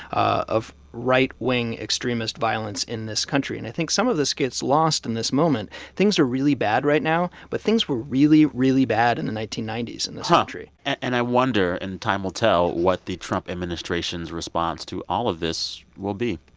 of right-wing extremist violence in this country. and i think some of this gets lost in this moment. things are really bad right now, but things were really, really bad in the nineteen ninety s in this country and i wonder and time will tell what the trump administration's response to all of this will be.